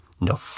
no